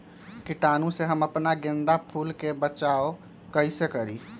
कीटाणु से हम अपना गेंदा फूल के बचाओ कई से करी?